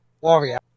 warrior